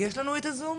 יש לנו את הזום?